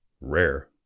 rare